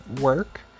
work